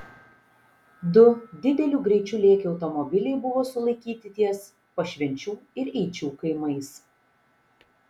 du dideliu greičiu lėkę automobiliai buvo sulaikyti ties pašvenčių ir eičių kaimais